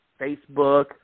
Facebook